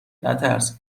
نترس